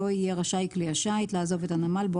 לא יהיה רשאי כלי השיט לעזוב את הנמל בו